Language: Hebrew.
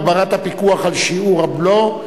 הגברת הפיקוח על שיעור הבלו),